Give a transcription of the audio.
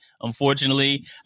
unfortunately